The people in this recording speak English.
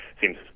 seems